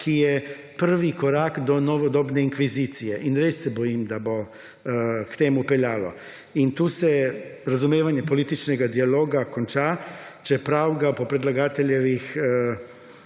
ki je prvi korak do novodobne inkvizicije. In res se bojim, da bo k temu peljalo. In tu se razumevanje političnega dialoga konča, čeprav ga, po predlagateljevih